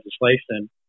legislation